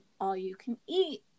all-you-can-eat